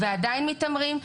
ועדיין מתעמרים,